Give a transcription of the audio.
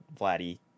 Vladdy